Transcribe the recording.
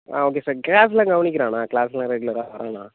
ஆ okay sir க்ளாஸ்லாம் கவனிக்கிறானா க்ளாஸ்லாம் ரெகுலராக வரானா